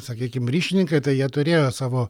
sakykim ryšininkai tai jie turėjo savo